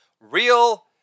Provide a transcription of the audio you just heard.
Real